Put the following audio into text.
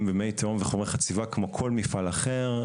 במי תהום וחומרי חציבה כמו כל מפעל אחר,